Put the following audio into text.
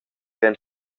pren